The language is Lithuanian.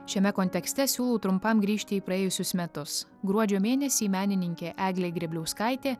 šiame kontekste siūlau trumpam grįžti į praėjusius metus gruodžio mėnesį menininkė eglė grėbliauskaitė